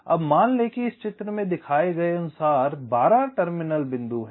अब मान लें कि इस चित्र में दिखाए गए अनुसार 12 टर्मिनल बिंदु हैं